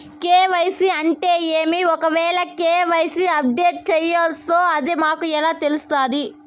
KYC అంటే ఏమి? ఒకవేల కె.వై.సి అప్డేట్ చేయాల్సొస్తే అది మాకు ఎలా తెలుస్తాది?